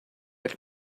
eich